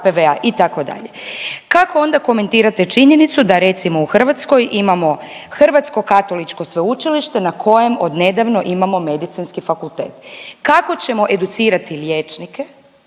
Kako onda komentirate činjenicu da recimo u Hrvatskoj imamo Hrvatsko katoličko sveučilište na kojem od nedavno imamo medicinski fakultet. Kako ćemo educirati liječnike